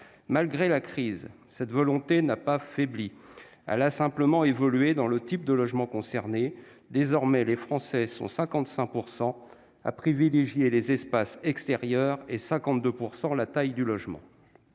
Malgré la crise, cette volonté n'a pas faibli. Elle a simplement évolué et le type de logement recherché a changé : désormais, les Français sont 55 % à privilégier les espaces extérieurs et 52 % la taille du logement.